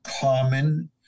common